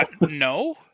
No